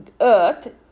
earth